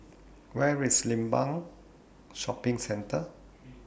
where's Limbang Shopping Centre